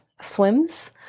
swims